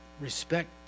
respect